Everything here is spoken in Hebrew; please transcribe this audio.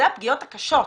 זה הפגיעות הקשות.